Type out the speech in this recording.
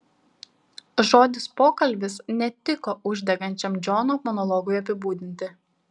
žodis pokalbis netiko uždegančiam džono monologui apibūdinti